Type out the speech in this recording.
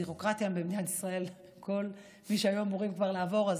עם כל הביורוקרטיה במדינת ישראל הם היו כבר אמורים לעבור.